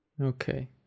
okay